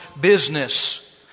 business